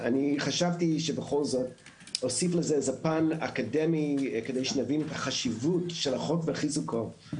בכל זאת אוסיף פן אקדמי להבין את חשיבות של החוק וחיזוקו.